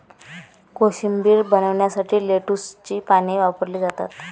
कोशिंबीर बनवण्यासाठी लेट्युसची पाने वापरली जातात